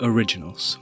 Originals